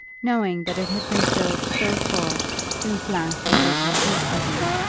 knowing that it had been filled so full since last it was refused to him?